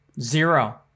Zero